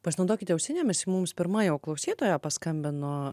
pasinaudokite ausinėmis mums pirma jau klausytoja paskambino